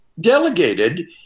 delegated